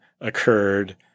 occurred